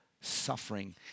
suffering